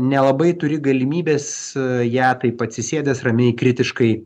nelabai turi galimybės ją taip atsisėdęs ramiai kritiškai